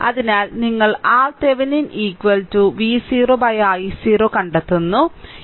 അതിനാൽ നിങ്ങൾ RThevenin V0 i0 കണ്ടെത്തുന്നു